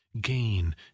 gain